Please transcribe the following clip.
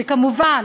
וכמובן,